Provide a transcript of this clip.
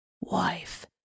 wife